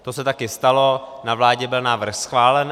Což se také stalo, na vládě byl návrh schválen.